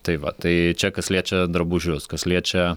tai va tai čia kas liečia drabužius kas liečia